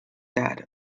that